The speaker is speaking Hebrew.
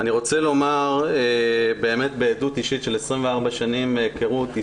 אני רוצה לומר באמת מעדות אישית של 24 שנים היכרות עם